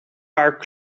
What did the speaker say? paar